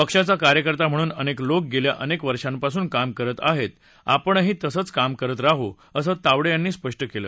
पक्षाचा कार्यकर्ता म्हणून अनेक लोक गेल्या अनेक वर्षांपासून काम करत आहेत आपणही तसंच काम करत राहू असं तावडे यांनी स्पष्ट केलं